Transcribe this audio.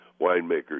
winemakers